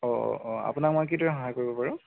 অ অ আপোনাক মই কিদৰে সহায় কৰিব পাৰোঁ